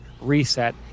reset